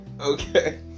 okay